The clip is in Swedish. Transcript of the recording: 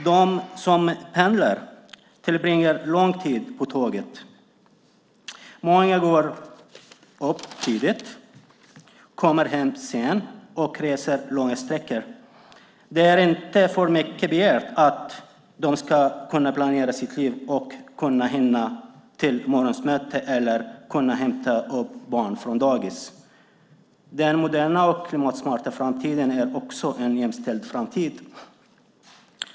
De som pendlar tillbringar lång tid på tåget. Många går upp tidigt, kommer hem sent och reser långa sträckor. Det är inte för mycket begärt att de ska kunna planera sina liv och hinna till månadsmöten eller hämta barn på dagis. Den moderna och klimatsmarta framtiden är också en jämställd framtid.